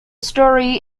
story